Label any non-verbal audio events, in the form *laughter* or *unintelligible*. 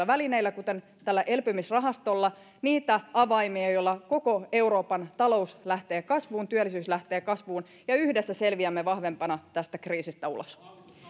*unintelligible* välineillä kuten tällä elpymisrahastolla niitä avaimia joilla koko euroopan talous lähtee kasvuun työllisyys lähtee kasvuun ja yhdessä selviämme vahvempana tästä kriisistä ulos